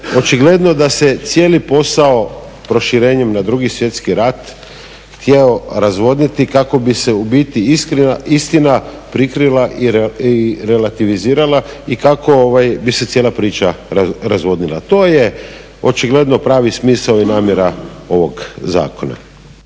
očigledno da se cijeli posao proširenjem na II. Svjetski rat htio razvodniti kako bi se u biti istina prikrila i relativizirala i kako bi se cijela priča razvodnila. To je očigledno pravi smisao i namjera ovog zakona.